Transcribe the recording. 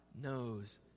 knows